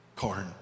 corn